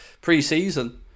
pre-season